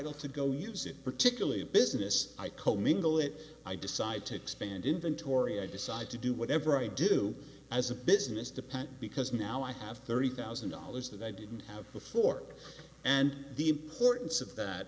don't to go use it particularly business i commingle it i decide to expand inventory i decide to do whatever i do as a business dependent because now i have thirty thousand dollars that i didn't have before and the importance of that